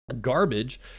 Garbage